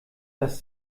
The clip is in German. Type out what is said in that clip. das